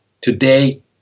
today